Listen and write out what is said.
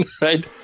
right